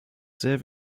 sehr